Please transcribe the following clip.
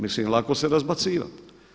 Mislim lako se razbacivat.